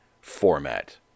Format